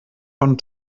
von